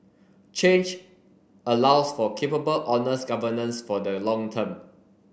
change allows for capable honest governance for the long term